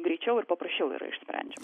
greičiau ir paprasčiau yra išsprendžiam